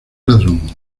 ladrón